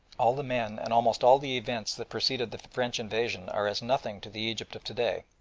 all the men and almost all the events that preceded the french invasion are as nothing to the egypt of to-day.